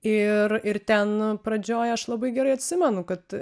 ir ir ten pradžioj aš labai gerai atsimenu kad